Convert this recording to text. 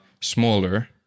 smaller